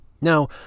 Now